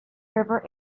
river